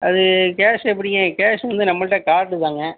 அது கேஷ் எப்படிங்க கேஷ் வந்து நம்மள்கிட்ட கார்டு தாங்க